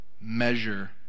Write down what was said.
measure